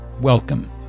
Welcome